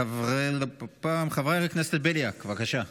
חבר הכנסת בליאק, בבקשה.